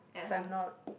if I'm not